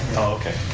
okay,